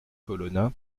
colonna